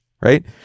right